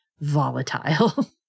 volatile